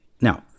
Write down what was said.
Now